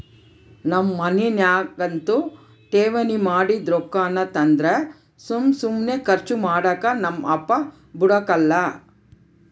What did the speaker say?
ನಮ್ ಮನ್ಯಾಗಂತೂ ಠೇವಣಿ ಮಾಡಿದ್ ರೊಕ್ಕಾನ ತಂದ್ರ ಸುಮ್ ಸುಮ್ನೆ ಕರ್ಚು ಮಾಡಾಕ ನಮ್ ಅಪ್ಪ ಬುಡಕಲ್ಲ